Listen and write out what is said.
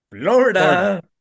Florida